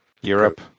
Europe